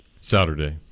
saturday